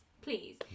please